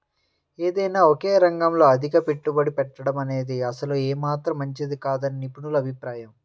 ఏదైనా ఒకే రంగంలో అతిగా పెట్టుబడి పెట్టడమనేది అసలు ఏమాత్రం మంచిది కాదని నిపుణుల అభిప్రాయం